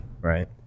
Right